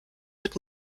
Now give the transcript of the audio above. wird